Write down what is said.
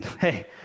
hey